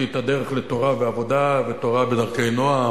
את הדרך לתורה ועבודה ותורה בדרכי נועם,